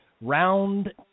round